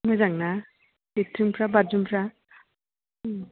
मोजांना लेट्रिनफ्रा बाडरुमफ्रा उम